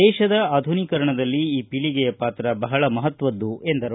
ದೇಶಧ ಆಧುನೀಕರಣದಲ್ಲಿ ಈ ಪೀಳಿಗೆಯ ಪಾತ್ರ ಬಹಳ ಮಹತ್ವದ್ದು ಎಂದರು